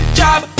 job